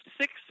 six